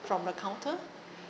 from the counter